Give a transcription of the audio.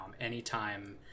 Anytime